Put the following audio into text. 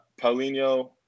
Paulinho